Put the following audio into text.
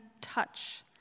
touch